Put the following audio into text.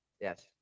Yes